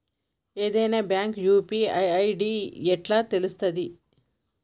ఏదైనా bank UPI ID ఎట్లా తెలుత్తది?